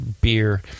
beer